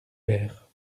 verts